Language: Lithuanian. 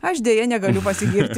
aš deja negaliu pasigirti